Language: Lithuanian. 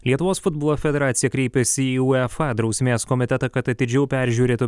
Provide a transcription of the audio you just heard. lietuvos futbolo federacija kreipėsi į uefa drausmės komitetą kad atidžiau peržiūrėtų